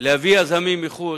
להביא יזמים מבחוץ,